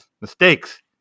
mistakes